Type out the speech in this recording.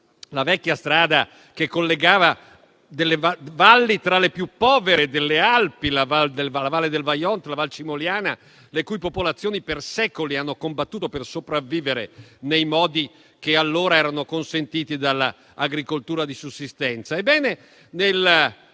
la vecchia strada che collegava valli tra le più povere delle Alpi, ossia la valle del Vajont, la val Cimoliana, le cui popolazioni per secoli hanno combattuto per sopravvivere nei modi che allora erano consentiti dall'agricoltura di sussistenza.